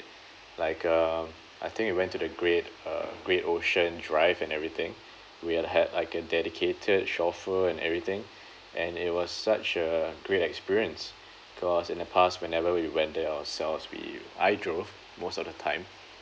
like uh I think we went to the great uh great ocean drive and everything we had like a dedicated chauffeur and everything and it was such a great experience cause in the past whenever we went there ourselves we I drove most of the time